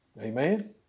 Amen